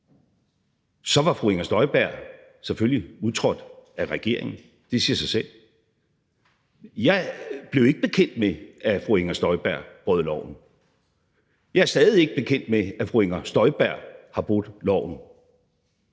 så var fru Inger Støjberg selvfølgelig udtrådt af regeringen. Det siger sig selv. Jeg blev ikke bekendt med, at fru Inger Støjberg brød loven. Jeg er stadig ikke bekendt med, at fru Inger Støjberg har brudt loven.